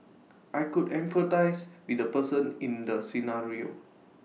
I could empathise with the person in the scenario